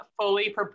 fully